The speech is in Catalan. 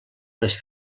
les